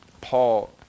Paul